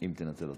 אם תנצל אותן.